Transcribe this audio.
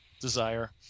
desire